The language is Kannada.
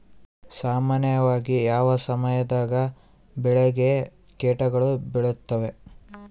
ಸಾಮಾನ್ಯವಾಗಿ ಯಾವ ಸಮಯದಾಗ ಬೆಳೆಗೆ ಕೇಟಗಳು ಬೇಳುತ್ತವೆ?